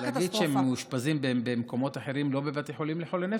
להגיד שהם מאושפזים במקומות אחרים ולא בבתי חולים לחולי נפש?